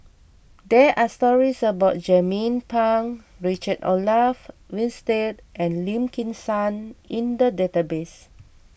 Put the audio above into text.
there are stories about Jernnine Pang Richard Olaf Winstedt and Lim Kim San in the database